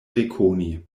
rekoni